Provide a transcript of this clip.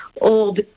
old